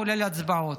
כולל הצבעות.